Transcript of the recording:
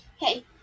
Hey